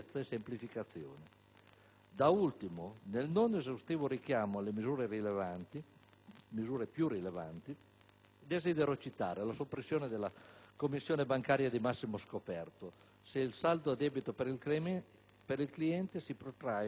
Da ultimo, nel non esaustivo richiamo alle misure più rilevanti, desidero citare la soppressione della Commissione bancaria di massimo scoperto, se il saldo a debito per il cliente si protrae non oltre i 30 giorni,